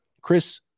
Chris